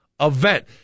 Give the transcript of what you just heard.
event